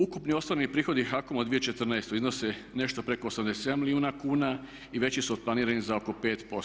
Ukupni ostvareni prihodi HAKOM-a u 2014. iznose nešto preko 87 milijuna kuna i veći su od planiranih za oko 5%